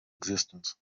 existence